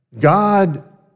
God